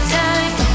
time